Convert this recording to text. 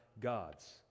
gods